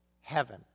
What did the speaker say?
heaven